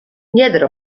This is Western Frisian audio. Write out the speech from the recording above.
earder